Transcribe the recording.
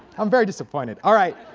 i'm very disappointed. all right